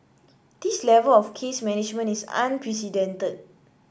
this level of case management is unprecedented